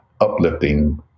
uplifting